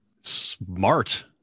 smart